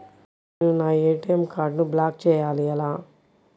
నేను నా ఏ.టీ.ఎం కార్డ్ను బ్లాక్ చేయాలి ఎలా?